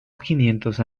quinientos